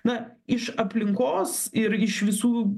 na iš aplinkos ir iš visų